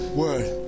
word